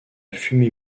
fumée